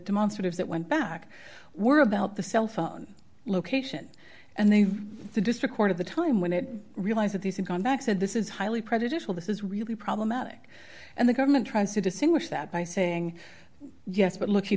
demonstrative that went back were about the cell phone location and they the district court of the time when it realized that these are going back said this is highly prejudicial this is really problematic and the government tries to distinguish that by saying yes but look